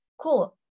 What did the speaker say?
cool